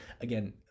again